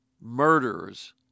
murderers